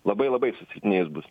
labai labai susilpnėjus bus